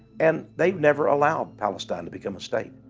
and they've never allowed palestine to become a state,